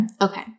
Okay